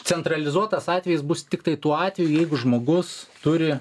centralizuotas atvejis bus tiktai tuo atveju jeigu žmogus turi